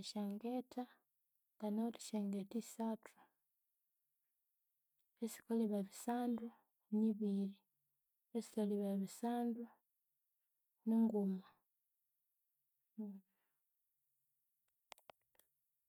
Esyangetha nganawithe esyangetha isathu esikalhiba ebisandu nibiri esithaliba ebisandu ninguma